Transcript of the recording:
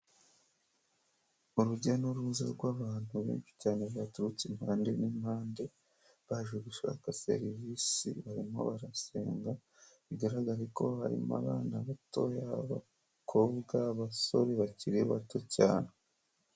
Urujya n'uruza rw'abantu benshi cyane baturutse impande n'impande, baje gushaka serivisi barimo barasenga, bigaragare ko harimo abana batoya b'abakobwa, abasore bakiri bato cyane.